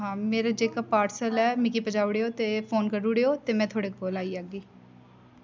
हां मेरे जेह्का पार्सल ऐ मिगी पजाई उड़ेओ ते फोन करूं उड़ेओ ते में थुआढ़े कोल आई जाह्गी